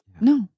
no